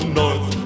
north